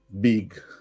big